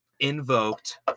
invoked